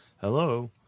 Hello